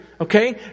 Okay